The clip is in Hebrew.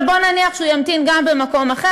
אבל בוא נניח שהוא ימתין גם במקום אחר.